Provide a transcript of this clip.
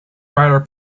writer